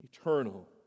Eternal